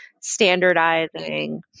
standardizing